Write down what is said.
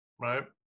right